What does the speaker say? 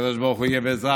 ושהקדוש ברוך הוא יהיה בעזרם.